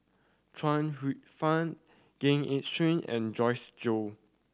Chuang Hsueh Fang Gan Eng Seng and Joyce Jue